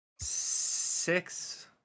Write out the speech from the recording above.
six